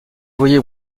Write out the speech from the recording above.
voyait